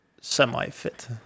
semi-fit